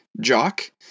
jock